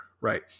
right